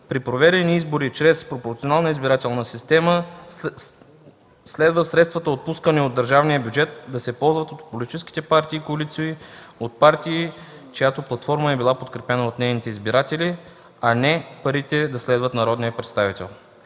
При проведени избори чрез пропорционална избирателна система следва средствата, отпускани от държавния бюджет, да се ползват от политическите партии и коалиции, от партии, чиято платформа е била подкрепена от техните избиратели, а не парите да следват народния представител.